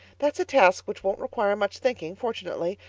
that's a task which won't require much thinking fortunately.